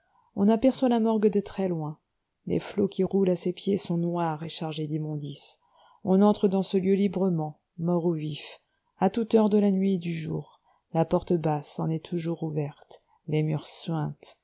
on aperçoit la morgue de très-loin les flots qui roulent à ses pieds sont noirs et chargés d'immondices on entre dans ce lieu librement mort ou vif à toute heure de la nuit et du jour la porte basse en est toujours ouverte les murs suintent